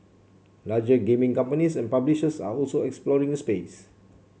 larger gaming companies and publishers are also exploring the space